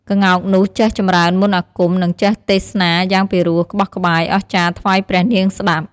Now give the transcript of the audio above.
ក្ងោកនោះចេះចម្រើនមន្ដអាគម និងចេះទេសនាយ៉ាងពិរោះក្បោះក្បាយអស្ចារ្យថ្វាយព្រះនាងស្ដាប់។